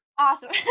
Awesome